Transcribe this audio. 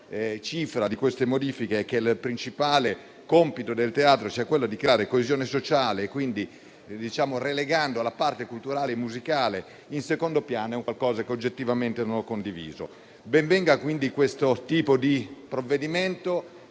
cifra di queste modifiche è che il principale compito del teatro sia quello di creare coesione sociale, relegando in secondo piano la parte culturale e musicale. È qualcosa che oggettivamente non ho condiviso. Ben venga quindi questo provvedimento,